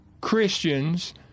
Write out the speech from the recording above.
Christians